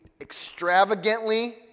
extravagantly